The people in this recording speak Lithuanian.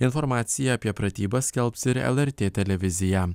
informaciją apie pratybas skelbs ir lrt televizija